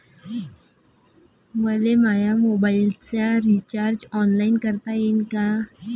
मले माया मोबाईलचा रिचार्ज ऑनलाईन करता येईन का?